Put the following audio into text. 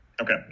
Okay